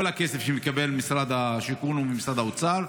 כל הכסף שמקבל משרד השיכון הוא ממשרד האוצר,